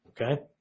Okay